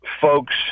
folks